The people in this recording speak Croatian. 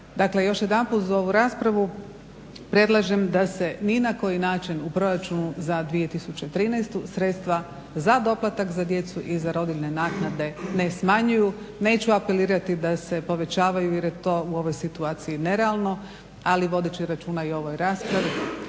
još jedanput za ovu raspravu predlažem da se ni na koji način u proračunu za 2013. sredstva za doplatak za djecu i za rodiljne naknade ne smanjuju. Neću apelirati da se povećavaju jer je to u ovoj situaciji nerealno, ali vodit ću računa i o ovoj raspravi,